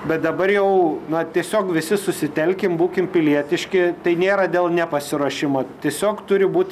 bet dabar jau na tiesiog visi susitelkim būkim pilietiški tai nėra dėl nepasiruošimo tiesiog turi būt